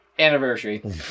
Anniversary